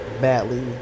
badly